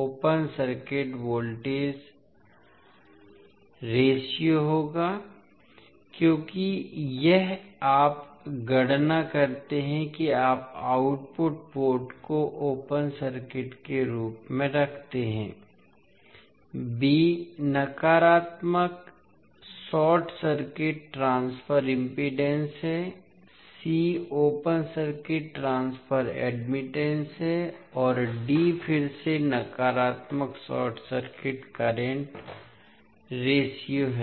open circuit voltage अनुपात होगा क्योंकि यह आप गणना करते हैं कि आप आउटपुट पोर्ट को ओपन सर्किट के रूप में रखते हैं B नकारात्मक शॉर्ट सर्किट ट्रांसफर इम्पीडेन्स है C open circuit transfer admittance है और D फिर से नकारात्मक शॉर्ट सर्किट करंट अनुपात है